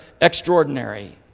extraordinary